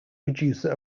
producer